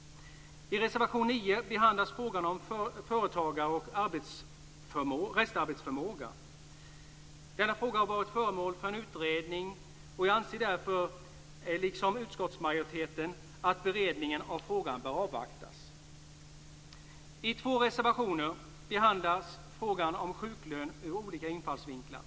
I reservation 9 behandlas frågan om företagare och restarbetsförmåga. Denna fråga har varit föremål för en utredning, och jag anser därför, liksom utskottsmajoriteten, att man bör avvakta beredningen av frågan. I två reservationer behandlas frågan om sjuklön ur olika infallsvinklar.